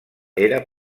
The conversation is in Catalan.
era